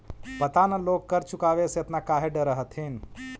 पता न लोग कर चुकावे से एतना काहे डरऽ हथिन